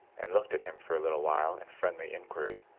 and looked at him for a little while in friendly inquiry.